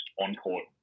on-court